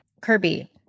Kirby